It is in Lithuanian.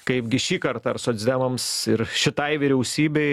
kaipgi šį kartą ar socdemams ir šitai vyriausybei